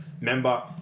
member